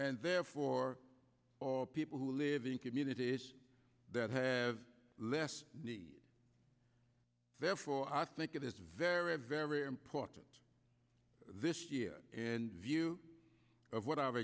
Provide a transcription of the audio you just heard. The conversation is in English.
and therefore people who live in communities that have less need therefore i think it is very very important this year and view of what